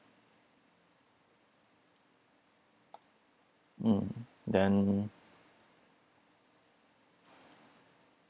mm then